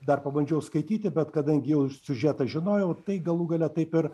dar pabandžiau skaityti bet kadangi jau siužetą žinojau tai galų gale taip ir